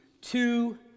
two